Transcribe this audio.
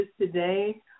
today